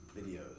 videos